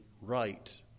right